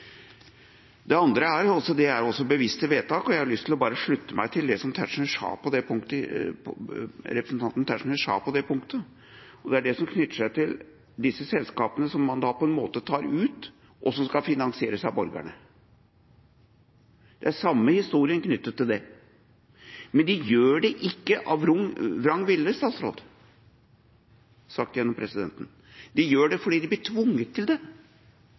Det andre er også bevisste vedtak. Jeg har lyst til å slutte meg til det representanten Tetzschner sa på det punktet. Det er det som er knyttet til disse selskapene som man på en måte tar ut, og som skal finansieres av borgerne. Det er samme historien knyttet til det. De gjør det ikke av vrang vilje, statsråd – sagt gjennom presidenten – de gjør det fordi de blir tvunget til det,